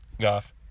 Goff